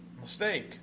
mistake